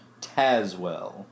Tazwell